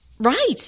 Right